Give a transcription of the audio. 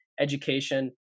education